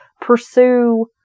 pursue